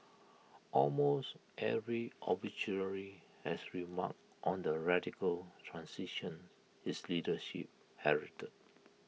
almost every obituary has remarked on the radical transition his leadership heralded